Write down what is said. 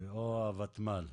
או הוותמ"ל.